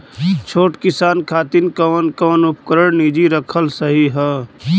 छोट किसानन खातिन कवन कवन उपकरण निजी रखल सही ह?